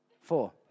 Four